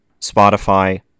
Spotify